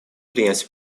принять